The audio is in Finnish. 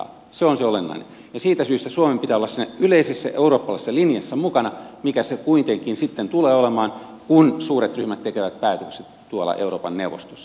se on se olennainen ja siitä syystä suomen pitää olla siinä yleisessä eurooppalaisessa linjassa mukana mikä se kuitenkin sitten tulee olemaan kun suuret ryhmät tekevät päätökset tuolla euroopan neuvostossa